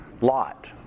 Lot